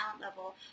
level